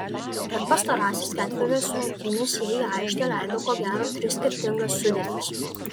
per pastarąsias ketverias rungtynes jie į aikštę leido ko gero tris skirtingas sudėtis